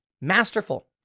masterful